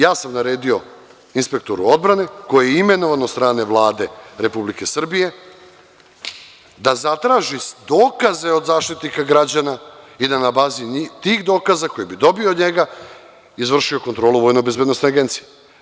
Ja sam naredio inspektoru odbrane, koji je imenovan od strane Vlade Republike Srbije, da zatraži dokaze od Zaštitnika građana i da na bazi tih dokaza koje bi dobio od njega izvrši kontrolu Vojnobezbednosne agencije.